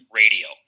radio